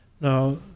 Now